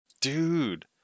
Dude